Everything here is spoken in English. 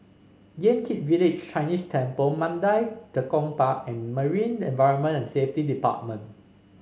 Yan Kit Village Chinese Temple Mandai Tekong Park and Marine Environment and Safety Department